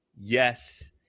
yes